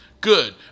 good